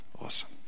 awesome